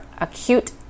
acute